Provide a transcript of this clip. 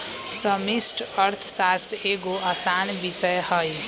समष्टि अर्थशास्त्र एगो असान विषय हइ